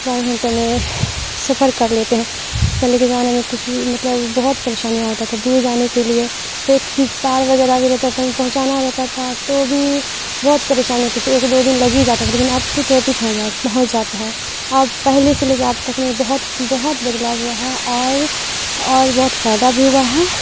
بارہ گھنٹے میں سفر کر لیتے ہیں پہلے کے زمانے میں کچھ بھی مطلب بہت پریشانیاں ہوتا تھا دور جانے کے لیے ایک تار وغیرہ بھی رہتا تھا پہنچانا رہتا تھا تو بھی بہت پریشانی ہوتی تھی ایک دو دن لگ ہی جاتا تھا لیکن اب تو ترنت ہی پہنچ جاتا پہنچ جاتا ہے اور اب پہلے سے لے کے اب تک میں بہت بہت بدلاؤ ہوا ہے اور اور بہت فائدہ بھی ہوا ہے